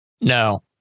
no